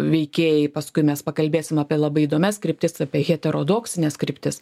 veikėjai paskui mes pakalbėsim apie labai įdomias kryptis apie heterodoksines kryptis